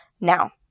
Now